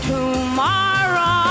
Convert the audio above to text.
Tomorrow